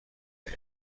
اید